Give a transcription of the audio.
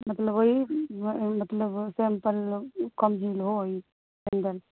مطلب وہی مطلب سیمپل کم ہیل ہو وہی سینڈل